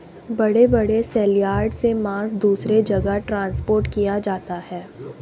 बड़े बड़े सलयार्ड से मांस दूसरे जगह ट्रांसपोर्ट किया जाता है